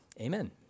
Amen